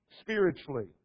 spiritually